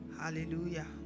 Hallelujah